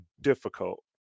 difficult